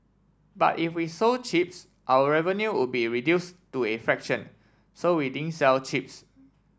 but if we sold chips our revenue would be reduce to a fraction so we didn't sell chips